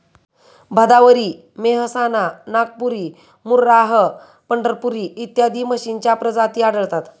भदावरी, मेहसाणा, नागपुरी, मुर्राह, पंढरपुरी इत्यादी म्हशींच्या प्रजाती आढळतात